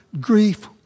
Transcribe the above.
grief